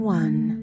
one